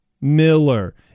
Miller